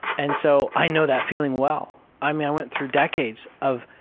and so i know that feeling well. i mean, i went through decades of,